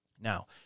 Now